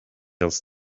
els